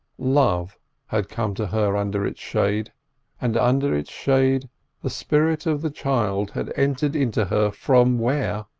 love had come to her under its shade and under its shade the spirit of the child had entered into her from where,